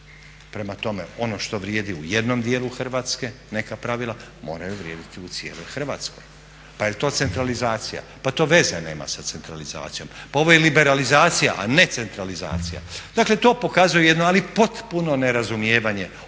prema tome ono što vrijedi u jednom djelu Hrvatske neka pravila moraju vrijediti u cijeloj Hrvatskoj. Pa jel to centralizacija? Pa to veze nema sa centralizacijom, pa ovo je liberalizacija a ne centralizacija. Dakle, to pokazuje jedno ali potpuno nerazumijevanje